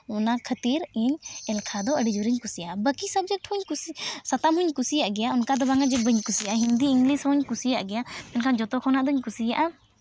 ᱚᱱᱟ ᱠᱷᱟᱹᱛᱤᱨ ᱤᱧ ᱮᱞᱠᱷᱟ ᱫᱚ ᱟᱹᱰᱤ ᱡᱳᱨᱤᱧ ᱠᱩᱥᱤᱭᱟᱜᱼᱟ ᱵᱟᱹᱠᱤ ᱥᱟᱵᱡᱮᱠᱴ ᱦᱩᱧ ᱠᱩᱥᱤ ᱥᱟᱛᱟᱢ ᱦᱩᱧ ᱠᱩᱥᱤᱭᱟᱜ ᱜᱮᱭᱟ ᱚᱱᱠᱟ ᱫᱚ ᱵᱟᱝᱼᱟ ᱡᱮ ᱵᱟᱹᱧ ᱠᱩᱥᱤᱭᱟᱜᱼᱟ ᱦᱤᱱᱫᱤ ᱤᱝᱞᱤᱥ ᱦᱚᱸᱧ ᱠᱩᱥᱤᱭᱟᱜ ᱜᱮᱭᱟ ᱢᱮᱱᱠᱷᱟᱱ ᱡᱷᱚᱛᱚ ᱠᱷᱚᱱᱟᱜ ᱫᱩᱧ ᱠᱩᱥᱤᱭᱟᱜᱼᱟ